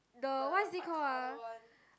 the what is this call ah